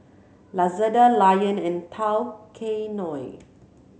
Lazada Lion and Tao Kae Noi